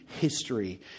history